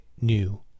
new